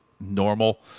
normal